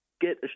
get